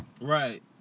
Right